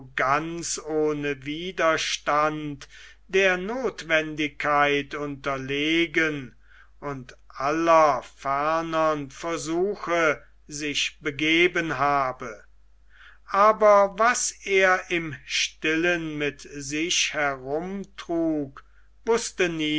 ganz ohne widerstand der nothwendigkeit unterlegen und aller fernern versuche sich begeben habe aber was er im stillen mit sich herumtrug wußte